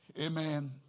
Amen